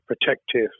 protective